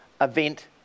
event